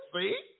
See